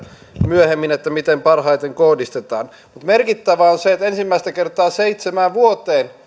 myöhemmin miten ne parhaiten kohdistetaan mutta merkittävää on se että ensimmäistä kertaa seitsemään vuoteen